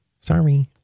sorry